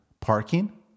parking